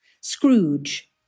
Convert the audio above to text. Scrooge